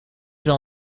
wel